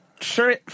sure